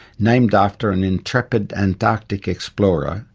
named after an intrepid antarctic explorer,